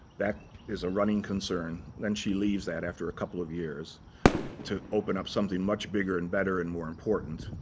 beck is a running concern. then she leaves that after a couple of years to open up something much bigger and better and more important,